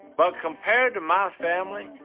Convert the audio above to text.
but compared to my family,